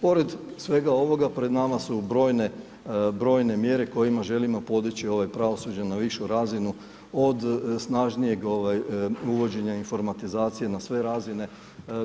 Pored svega ovoga pred nama su brojne mjere kojima želimo podići ovo pravosuđe na višu razinu, od snažnije uvođenja informatizacija na sve razine,